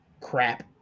crap